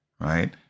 right